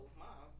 mom